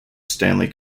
stanley